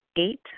Eight